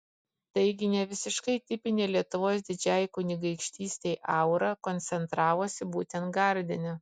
taigi ne visiškai tipinė lietuvos didžiajai kunigaikštystei aura koncentravosi būtent gardine